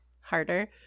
harder